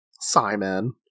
simon